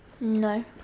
No